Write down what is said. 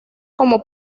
como